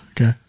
Okay